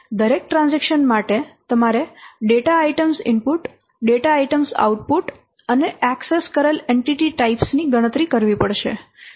દરેક ટ્રાન્ઝેકશન માટે તમારે data items input data items output અને ઍક્સેસ કરેલ એન્ટિટી પ્રકારો ની ગણતરી કરવી પડશે